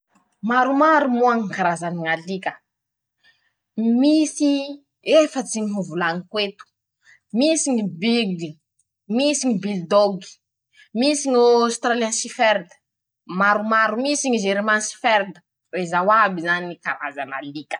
Maromaro moa ñy karazany ñ'alika. misy efatsy ñy ho volañiko eto: -Misy ñy bigy, misy ñy bily dogy, misy ñy autsaliashiferd. maromaro misy ñy germanshiferd rezao aby zany karan' alika.